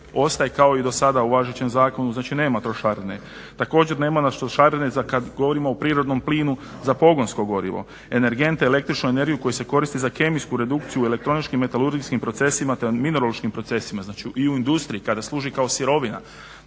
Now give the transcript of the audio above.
ostaje kao i do sada u važećem zakonu, znači nema trošarine. Također nema trošarine kad govorimo o prirodnom plinu za pogonsko gorivo, energente, električnu energiju koja se koristi za kemijsku redukciju u elektroničkim metalurgijskim procesima te minerološkim procesima, znači i u industriji kada služi kao sirovina